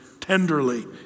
tenderly